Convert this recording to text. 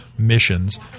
missions